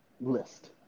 list